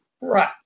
right